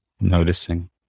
noticing